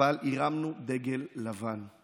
הרמנו דגל לבן.